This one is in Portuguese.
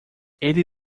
ele